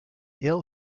ill